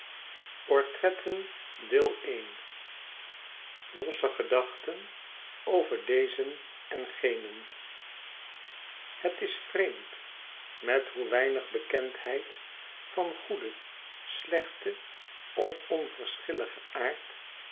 losse gedachten over dezen en genen het is vreemd met hoe weinig bekendheid van goeden slechten of onverschilligen